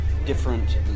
Different